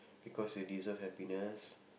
because you deserve happiness